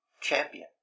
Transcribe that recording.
champion